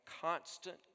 constant